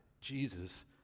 Jesus